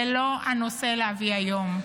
זה לא הנושא להביא היום.